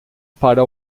para